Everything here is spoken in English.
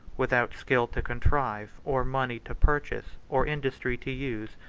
without skill to contrive, or money to purchase, or industry to use,